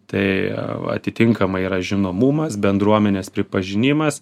tai atitinkamai yra žinomumas bendruomenės pripažinimas